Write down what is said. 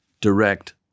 direct